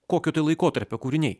kokio laikotarpio kūriniai